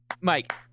Mike